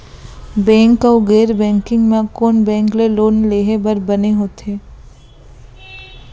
Bank अऊ गैर banking म कोन बैंक ले लोन लेहे बर बने होथे?